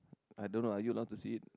I don't know are you allow to see it